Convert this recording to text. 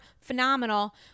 Phenomenal